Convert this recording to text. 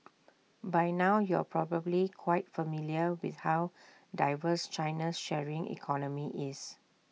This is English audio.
by now you're probably quite familiar with how diverse China's sharing economy is